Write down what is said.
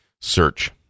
search